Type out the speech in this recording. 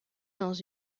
dans